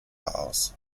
aus